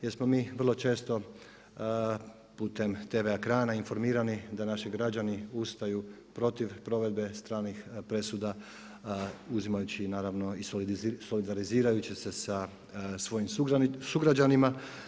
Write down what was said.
Jer smo mi vrlo često putem tv ekrana informirani da naši građani ustaju protiv provedbe stranih presuda uzimajući naravno i solidalizirajući se sa svojim sugrađanima.